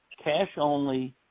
cash-only